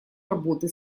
работы